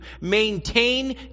maintain